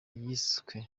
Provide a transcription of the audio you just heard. yiswe